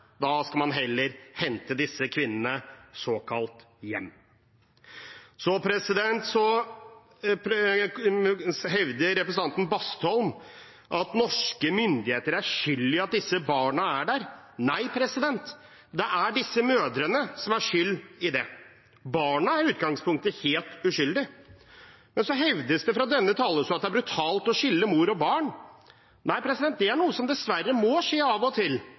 Da skal man heller hente disse kvinnene såkalt «hjem». Så hevder representanten Bastholm at norske myndigheter er skyld i at disse barna er der. Nei, det er disse mødrene som er skyld i det. Barna er i utgangspunktet helt uskyldige. Men så hevdes det fra denne talerstolen at det er brutalt å skille mor og barn. Nei, det er noe som dessverre må skje av og til.